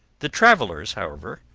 the travellers, however,